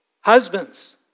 Husbands